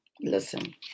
listen